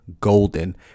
Golden